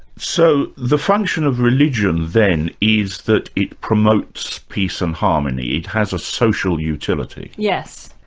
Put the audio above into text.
so the function of religion then is that it promotes peace and harmony. it has a social utility? yes.